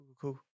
cool